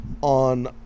on